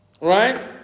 right